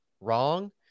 wrong